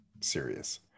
serious